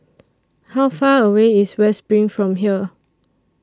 How Far away IS West SPRING from here